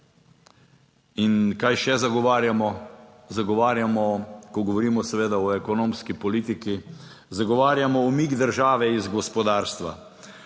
In kaj še zagovarjamo? Zagovarjamo, ko govorimo seveda o ekonomski politiki, zagovarjamo umik države iz gospodarstva.